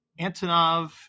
Antonov